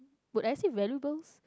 would I say valuables